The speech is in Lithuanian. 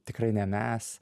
tikrai ne mes